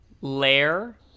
lair